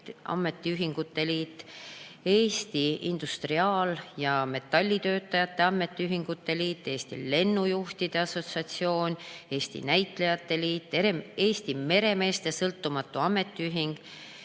Ametiühingute Liit, Eesti Industriaal- ja Metallitöötajate Ametiühingute Liit, Eesti Lennujuhtide Assotsiatsioon, Eesti Näitlejate Liit, Eesti Meremeeste Sõltumatu Ametiühing,